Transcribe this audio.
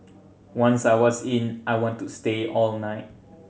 once I was in I wanted to stay all night